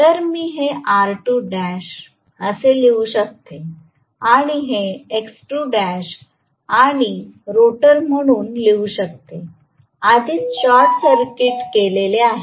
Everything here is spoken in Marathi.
तर मी हे R2l असे लिहू शकते आणि हे X2l आणि रोटर म्हणून लिहू शकते आधीच शॉर्ट सर्किट केलेले आहे